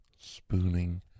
spooning